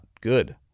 good